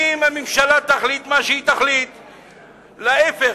אם הממשלה תחליט מה שהיא תחליט, להיפך.